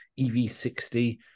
ev60